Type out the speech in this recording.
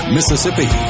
Mississippi